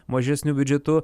mažesniu biudžetu